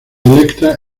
elektra